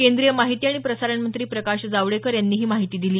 केंद्रीय माहिती आणि प्रसारण मंत्री प्रकाश जावडेकर यांनी ही माहिती दिली